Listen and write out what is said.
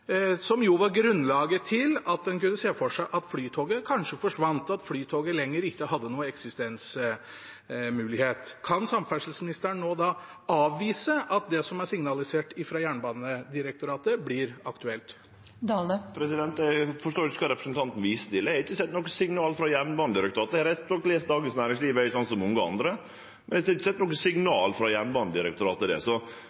var grunnlaget for at man kunne se for seg at Flytoget kanskje forsvant og ikke lenger hadde noen eksistensmulighet? Kan samferdselsministeren nå avvise at det som er signalisert fra Jernbanedirektoratet, blir aktuelt? Eg forstår ikkje kva representanten viser til. Eg har ikkje sett noko signal frå Jernbanedirektoratet. Eg har rett nok lese Dagens Næringsliv, slik mange andre, men eg har ikkje sett noko signal frå Jernbanedirektoratet der. Så